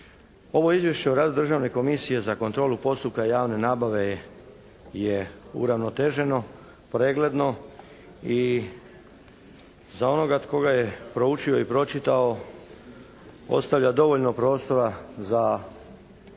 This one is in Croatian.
Ovo izvješće o radu Državne komisije za kontrolu postupka javne nabave je uravnoteženo, pregledno i za onoga tko ga je proučio i pročitao ostavlja dovoljno prostora za